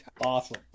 awesome